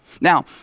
Now